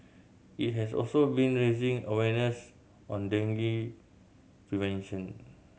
it has also been raising awareness on dengue prevention